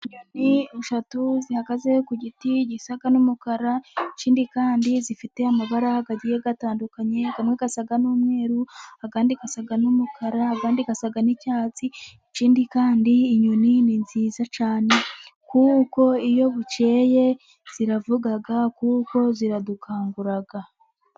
Inyoni eshatu zihagaze ku giti gisa n'umukara, ikindi kandi zifite amabara agiye atandukanye, amwe asa n'umweru, andi asa n'umukara, andi asa n'icyatsi, ikindi kandi inyoni ni nziza cyane, kuko iyo bukeye ziravuga, kuko ziradukangura.